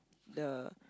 the